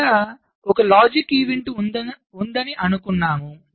ఇక్కడ ఒక logic event ఉందని అనుకున్నాము